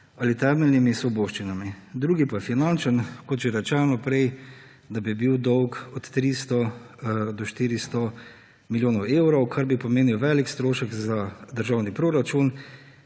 ali temeljnimi svoboščinami. Drugi pa je finančni, kot že rečeno prej, da bi bil dolg od 300 do 400 milijonov evrov, kar bi pomenilo velik strošek za državni proračun